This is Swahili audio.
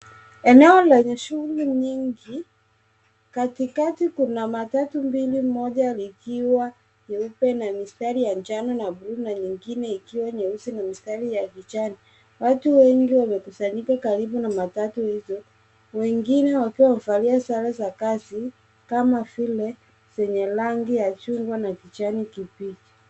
Eneo lenye shughuli nyingi. Katikati kuna matatu mbili, moja likiwa nyeupe na mistari ya njano na blue na nyingine ikiwa nyeusi na mistari ya kijani. Watu wengi wakusanyika karibu na matatu hiyo, wengine wakiwa wamevalia sare za kazi kama vile vyenye rangi ya chungwa na kijani kibichi.